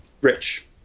Rich